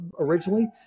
originally